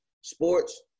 Sports